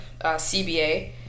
CBA